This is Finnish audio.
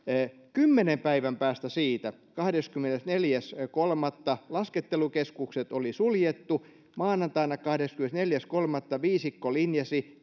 kymmenen päivän päästä siitä kahdeskymmenesneljäs kolmatta laskettelukeskukset oli suljettu maanantaina kahdeskymmenesneljäs kolmatta viisikko linjasi